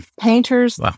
Painters